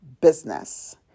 business